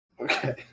Okay